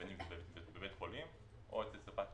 בין אם בבית חולים או אצל ספק פרטי,